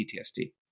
PTSD